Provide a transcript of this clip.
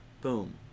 Boom